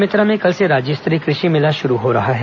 बेमेतरा में कल से राज्य स्तरीय कृषि मेला शुरू हो रहा है